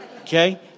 okay